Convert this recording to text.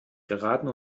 geraten